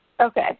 Okay